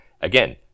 Again